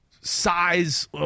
size